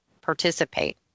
participate